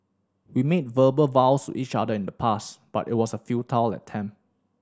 we made verbal vows to each other in the past but it was a futile attempt